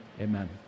Amen